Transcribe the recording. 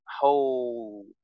whole